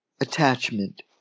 attachment